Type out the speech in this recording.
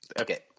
Okay